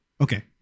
okay